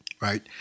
Right